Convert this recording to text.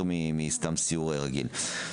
כי זה יותר מסתם סיור רגיל.